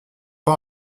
pas